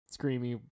screamy